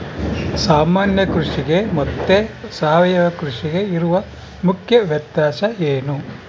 ಸಾಮಾನ್ಯ ಕೃಷಿಗೆ ಮತ್ತೆ ಸಾವಯವ ಕೃಷಿಗೆ ಇರುವ ಮುಖ್ಯ ವ್ಯತ್ಯಾಸ ಏನು?